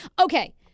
Okay